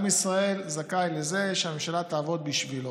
עם ישראל זכאי לזה שהממשלה תעבוד בשבילו.